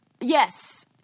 Yes